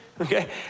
okay